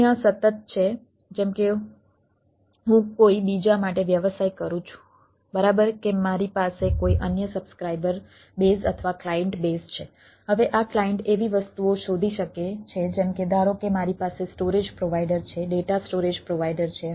અન્ય સતત છે જેમ કે હું કોઈ બીજા માટે વ્યવસાય કરું છું બરાબર કે મારી પાસે કોઈ અન્ય સબ્સ્ક્રાઇબર બેઝ અથવા ક્લાયન્ટ બેઝ છે હવે આ ક્લાયન્ટ એવી વસ્તુઓ શોધી શકે છે જેમ કે ધારો કે મારી પાસે સ્ટોરેજ પ્રોવાઈડર છે ડેટા સ્ટોરેજ પ્રોવાઈડર છે